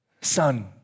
Son